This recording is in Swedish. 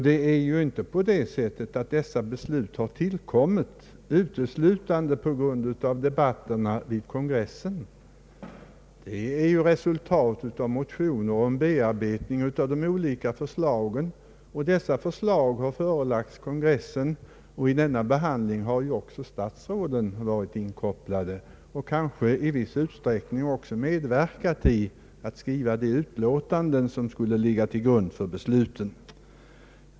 Det är ju inte på det sättet att dessa beslut tillkommit uteslutande på grund av debatterna vid kongressen, utan de är resultat av motioner och bearbetning av olika förslag. Dessa förslag har förelagts kongressen. I dess behandling av förslagen har också statsråden varit inkopplade och kanske även i viss utsträckning medverkat vid utformandet av de utlåtanden som skulle ligga till grund för besluten.